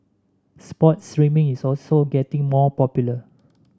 sports streaming is also getting more popular